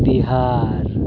Bihar